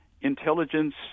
intelligence